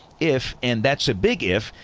if, and that's a big if,